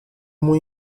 muy